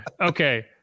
Okay